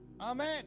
Amen